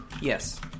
Yes